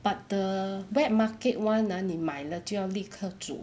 but the wet market [one] 呢你买了就要立刻煮